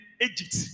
Egypt